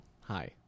Hi